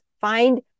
Find